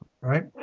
right